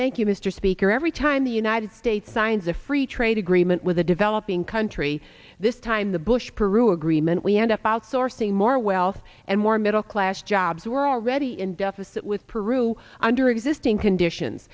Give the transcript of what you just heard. thank you mr speaker every time the united states signs a free trade agreement with a developing country this time the bush peru agreement we end up outsourcing more wealth and more middle class jobs we're already in deficit with peru under existing conditions